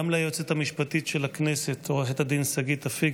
גם ליועצת המשפטית של הכנסת עו"ד שגית אפיק